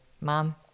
Mom